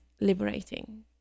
liberating